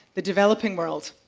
the developing world,